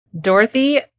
Dorothy